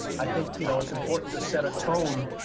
i think you know it's important to set a tone